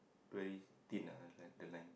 very thin ah the line the line